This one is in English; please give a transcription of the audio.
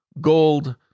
gold